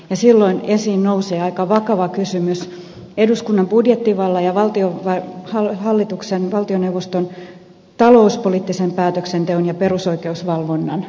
ja silloin esiin nousee aika vakava kysymys eduskunnan budjettivallan ja hallituksen valtioneuvoston talouspoliittisen päätöksenteon ja perusoi keusvalvonnan suhteesta